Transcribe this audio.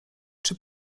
czy